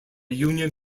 union